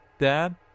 Dad